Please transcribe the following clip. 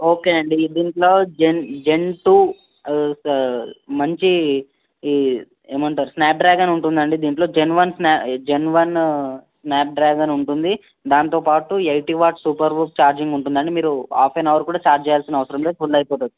okay అండి దీంట్లో gen gen two అది ఒక మంచి ఏమంటారు స్నాప్డ్రాగన్ అని ఉంటుంది అండి దీంట్లో జెన్ వన్ స్నా జెన్ వన్ స్నాప్డ్రాగన్ ఉంటుంది దాంతోపాటు ఎయిటీ వాట్స్ సూపర్ హుప్ ఛార్జింగ్ ఉంటుంది అండి మీరు హాఫ్ అన్ అవర్ కూడా చార్జ్ చేయాల్సిన అవసరం లేదు ఫుల్ అయిపోతుంది